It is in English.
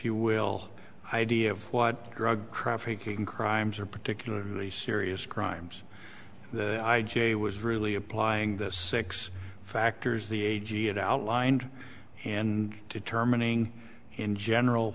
you will idea of what drug trafficking crimes are particularly serious crimes i j was really applying the six factors the a g it outlined and determining in general